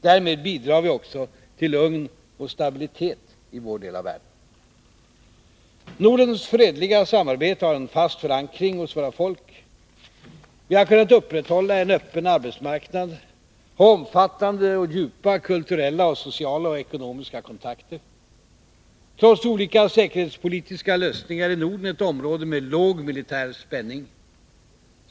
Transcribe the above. Därmed bidrar vi också till lugn och stabilitet i vår del av världen. Nordens fredliga samarbete har en fast förankring hos våra folk. Vi har kunnat upprätthålla en öppen arbetsmarknad, ha omfattande och djupa kulturella, sociala och ekonomiska kontakter. Trots olika säkerhetspolitiska lösningar är Norden ett område med låg militär spänning.